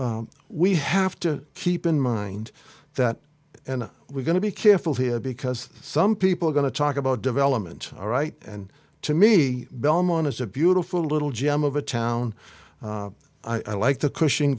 we have to keep in mind that and we're going to be careful here because some people are going to talk about development all right and to me belmont is a beautiful little gem of a town i like the cushing